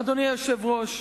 אדוני היושב-ראש,